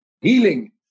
healing